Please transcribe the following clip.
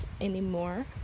anymore